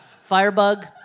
Firebug